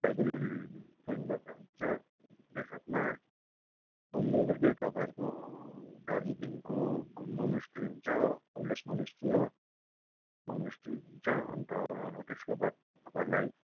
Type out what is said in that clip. tiger Hill पोइन्टबाट हुन्छ त्यो साथमा अन द वे नै तपाईँहरूको दार्जिलिङको घुम मोनास्ट्री हुन्छ हो ओल्डेस्ट मोनास्ट्री हो मोनास्ट्री हुन्छ अन्त त्यसको बाद तपाईँहरूलाई